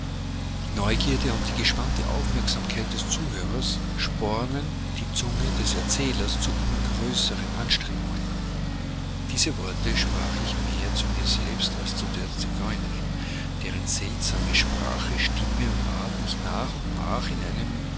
die neugierde und die gespannte aufmerksamkeit des zuhörers spornen die zunge des erzählers zu immer größeren anstrengungen an diese worte sprach ich mehr zu mir selbst als zu der zigeunerin deren seltsame sprache stimme und art mich nach und nach in einen